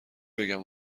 بگم